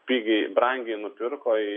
pigiai brangiai nupirko į